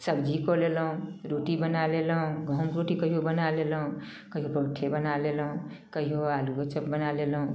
सबजी कऽ लेलहुँ रोटी बनै लेलहुँ गहूमके रोटी कहिओ बनै लेलहुँ कहिओ परौठे बनै लेलहुँ कहिओ आलुओ चॉप बनै लेलहुँ